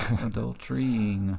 Adultery